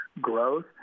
growth